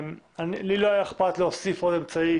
לי לא היה אכפת להוסיף עוד אמצעי